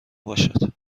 باشد